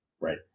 Right